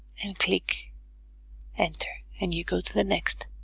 and click enter and you go to the next